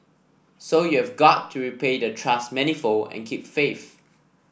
so you've got to repay the trust manifold and keep faith